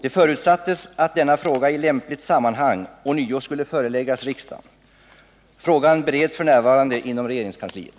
Det förutsattes att denna fråga i lämpligt sammanhang ånyo skulle föreläggas riksdagen. Frågan bereds f. n. inom regeringskansliet.